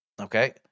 okay